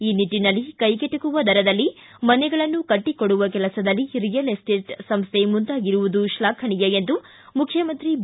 ಈ ನಿಟ್ಟನಲ್ಲಿ ಕೈಗೆಟುಕುವ ದರದಲ್ಲಿ ಮನೆಗಳನ್ನು ಕಟ್ಟಕೊಡುವ ಕೆಲಸದಲ್ಲಿ ರಿಯಲ್ ಎಸ್ಟೇಟ್ ಸಂಸ್ಟೆ ಮುಂದಾಗಿರುವುದು ಶ್ಲಾಘನೀಯ ಎಂದು ಮುಖ್ಚಮಂತ್ರಿ ಬಿ